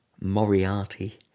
Moriarty